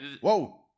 whoa